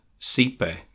Sipe